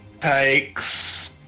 takes